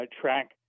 track